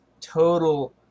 total